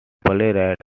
playwright